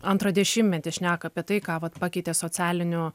antrą dešimtmetį šneka apie tai ką vat pakeitė socialinių